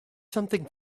something